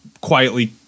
quietly